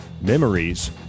memories